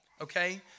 okay